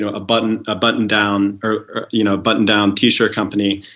ah but and a button-down or you know a button-down t-shirt company